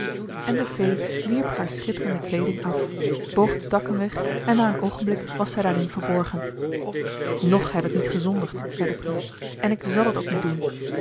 en de fee wierp haar schitterende kleeding af boog de takken weg en na een oogenblik was zij daarin verborgen nog heb ik niet gezondigd zei de prins en ik zal het ook niet doen